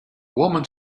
woman